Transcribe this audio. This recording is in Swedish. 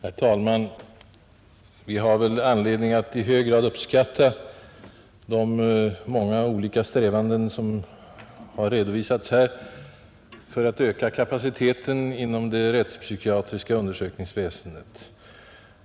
Herr talman! Vi har väl alla anledning att i hög grad uppskatta de många olika strävanden, som här redovisats och som har till syfte att öka kapaciteten inom det rättspsykiatriska undersökningsväsendet.